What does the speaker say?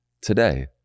today